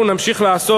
אנחנו נמשיך לעשות.